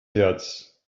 herz